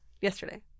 Yesterday